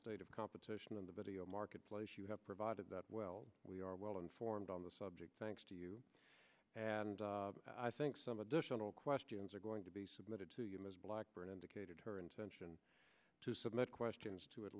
state of competition in the video marketplace you have provided that well we are well informed on the subject thanks to you and i think some additional questions are going to be submitted to you ms blackburn indicated her intention to submit questions to at